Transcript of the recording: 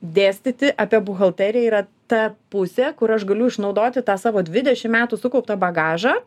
dėstyti apie buhalteriją yra ta pusė kur aš galiu išnaudoti tą savo dvidešim metų sukauptą bagažą